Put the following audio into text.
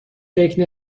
فکر